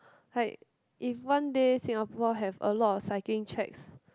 like if one day Singapore have a lot of cycling tracks